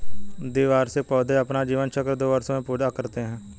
द्विवार्षिक पौधे अपना जीवन चक्र दो वर्ष में पूरा करते है